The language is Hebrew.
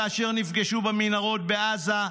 כאשר נפגשו במנהרות בעזה: